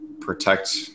protect